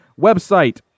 website